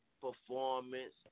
performance